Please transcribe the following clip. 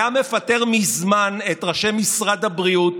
היה מפטר מזמן את ראשי משרד הבריאות